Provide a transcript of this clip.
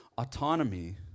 Autonomy